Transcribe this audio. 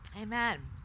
Amen